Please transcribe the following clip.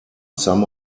some